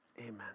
Amen